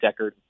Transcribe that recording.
Deckard